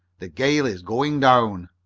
the gale is going down.